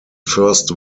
first